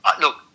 look